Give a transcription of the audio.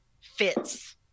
fits